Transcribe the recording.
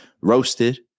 roasted